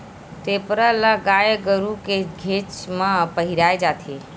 टेपरा ल गाय गरु के घेंच म पहिराय जाथे